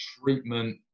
treatment